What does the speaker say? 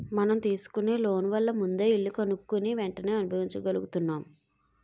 మనం తీసుకునే లోన్ వల్ల ముందే ఇల్లు కొనుక్కుని వెంటనే అనుభవించగలుగుతున్నాం